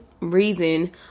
reason